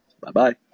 Bye-bye